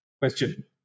question